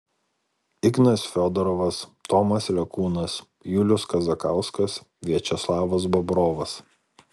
ignas fiodorovas tomas lekūnas julius kazakauskas viačeslavas bobrovas